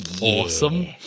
Awesome